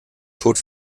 tod